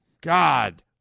God